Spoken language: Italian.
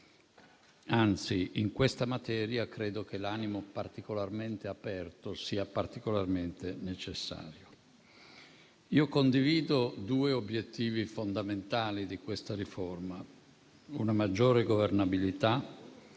Anzi, in questa materia credo che l'animo particolarmente aperto sia particolarmente necessario. Io condivido due obiettivi fondamentali di questa riforma: una maggiore governabilità